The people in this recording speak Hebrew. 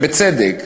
ובצדק,